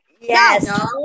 Yes